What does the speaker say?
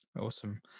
Awesome